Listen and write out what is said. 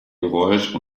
geräusch